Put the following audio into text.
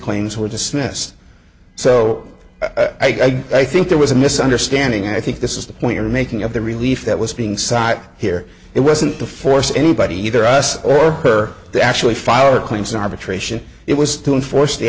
claims were dismissed so i think there was a misunderstanding and i think this is the point you're making of the relief that was being side here it wasn't the force anybody either us or her to actually file our claims arbitration it was to enforce the